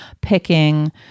picking